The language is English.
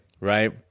Right